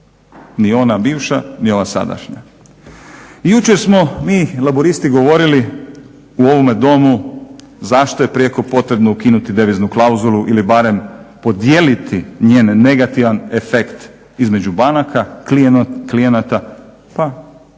ni ona bivša ni ova sadašnja. I jučer smo mi Laburisti govorili u ovome domu zašto je prijeko potrebno ukinuti deviznu klauzulu ili barem podijeliti njen negativan efekt između banaka, klijenata, pa